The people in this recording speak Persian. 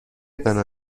بنا